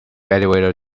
elevator